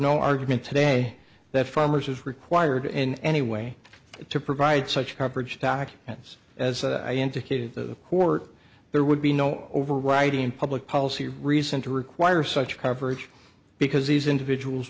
no argument today that farmers is required in any way to provide such coverage back and as i indicated the court there would be no overriding public policy reason to require such coverage because these individuals